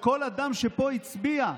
כל אדם שהצביע פה,